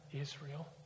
Israel